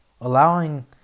allowing